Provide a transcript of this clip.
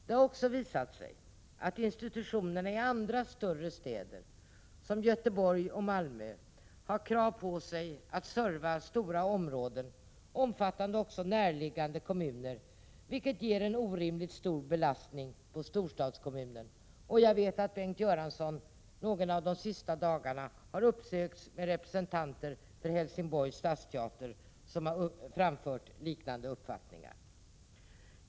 Det har också visat sig att institutionerna i andra större städer, såsom Göteborg och Malmö, har krav på sig att serva stora områden omfattande också närliggande kommuner, vilket innebär en orimligt stor belastning på storstadskommunen. Jag vet att Bengt Göransson någon av de senaste dagarna har uppsökts av representanter för Helsingborgs stadsteater, vilka har framfört liknande uppfattningar.